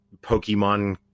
Pokemon